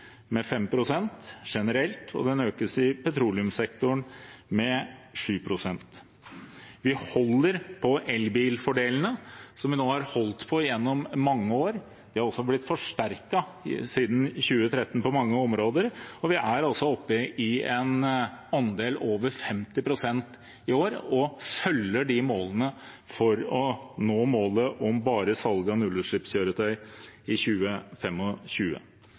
med 5 pst. generelt, og at den økes i petroleumssektoren med 7 pst. Vi holder på elbilfordelene, som vi nå har holdt på gjennom mange år. De har blitt forsterket siden 2013 på mange områder. Vi er altså oppe i en andel på over 50 pst. i år og følger de målene for å nå målet om salg av bare nullutslippskjøretøy i